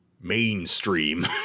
mainstream